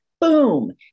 boom